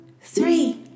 three